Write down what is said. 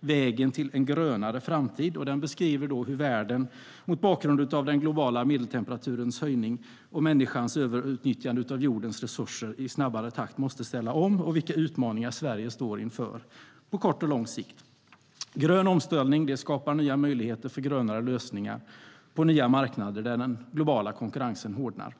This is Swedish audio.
Vägen till en grönare framtid för vår näringsminister Annie Lööf på Tekniska museet. I den beskrivs hur världen mot bakgrund av att den globala medeltemperaturen stiger och att människan överutnyttjar jordens resurser i snabbare takt måste ställa om och vilka utmaningar Sverige står inför på kort och på lång sikt. Grön omställning skapar nya möjligheter för grönare lösningar på nya marknader där den globala konkurrensen hårdnar.